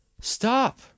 stop